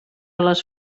les